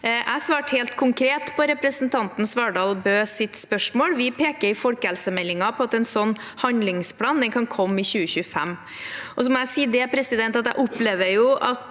Jeg svarte helt konkret på representanten Svardal Bøes spørsmål: Vi peker i folkehelsemeldingen på at en sånn handlingsplan kan komme i 2025. Jeg må si at jeg opplever at